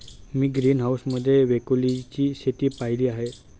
मी greenhouse मध्ये ब्रोकोलीची शेती पाहीली आहे